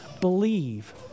believe